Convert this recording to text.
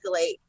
escalate